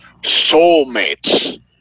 soulmates